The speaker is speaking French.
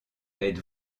êtes